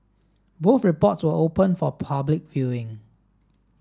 both reports were open for public viewing